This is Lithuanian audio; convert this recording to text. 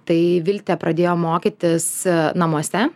tai viltė pradėjo mokytis namuose